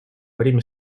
время